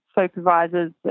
supervisors